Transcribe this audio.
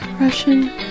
Russian